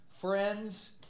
friends